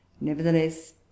Nevertheless